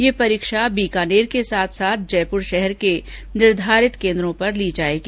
ये परीक्षा बीकानेर के साथ साथ जयपुर शहर के निर्धारित केन्द्रों पर ली जाएगी